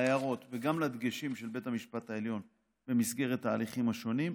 להערות וגם לדגשים של בית המשפט העליון במסגרת ההליכים השונים,